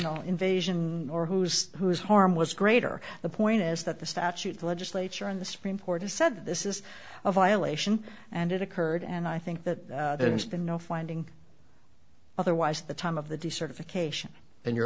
know invasion or who's who is harmless greater the point is that the statute the legislature and the supreme court has said this is a violation and it occurred and i think that there has been no finding otherwise the time of the decertification in you